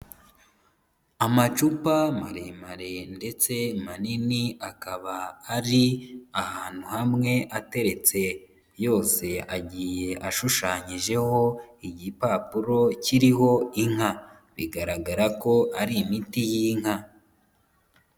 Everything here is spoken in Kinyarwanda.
Amacupa maremare ndetse manini akaba ari ahantu hamwe ateretse. Yose agiye ashushanyijeho igipapuro kiriho inka. Bigaragara ko ari imiti y'inka.